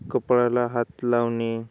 कपळाला हात लावणे